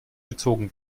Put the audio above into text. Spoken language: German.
gezogen